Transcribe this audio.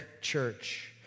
church